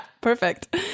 perfect